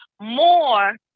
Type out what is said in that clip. more